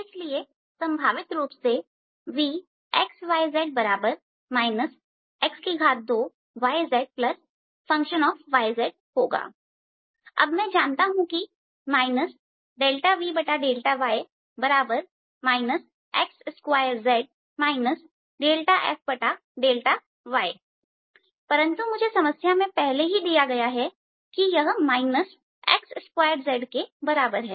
इसलिए संभावित रूप V x2yzfy z होगा अब मैं जानता हूं कि δVδy x2z δfδyपरंतु मुझे समस्या में पहले ही है दिया गया है कि यह x2z के बराबर है